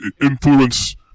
influence